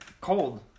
cold